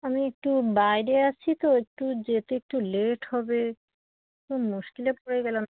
আমি একটু বাইরে আছি তো একটু যেতে একটু লেট হবে খুব মুশকিলে পড়ে গেলাম তো